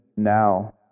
Now